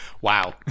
wow